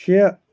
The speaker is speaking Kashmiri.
شےٚ